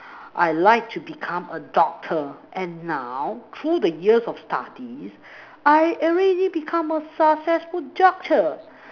I like to become a doctor and now through the years of studies I already become a successful juncture